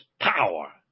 power